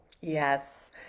Yes